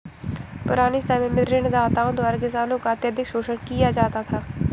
पुराने समय में ऋणदाताओं द्वारा किसानों का अत्यधिक शोषण किया जाता था